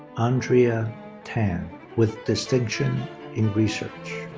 andrea tan with distinction in research.